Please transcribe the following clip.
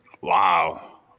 wow